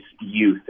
youth